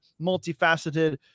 multifaceted